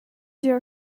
your